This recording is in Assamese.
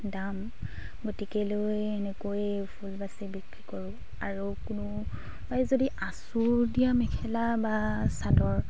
দাম গতিকে লৈ এনেকৈয়ে ফুল বাচি বিক্ৰী কৰোঁ আৰু কোনোৱে যদি আঁচুৰ দিয়া মেখেলা বা চাদৰ